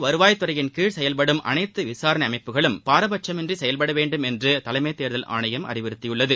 வருவாய் துறையின் கீழ் செயல்படும் அனைத்து விசாரணை அமைப்புகளும் மத்திய பாரபட்சமின்றி செயல்பட வேண்டும் என்று தலைமை தேர்தல் ஆணையம் அறிவுத்தியுள்ளது